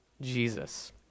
Jesus